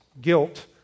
Guilt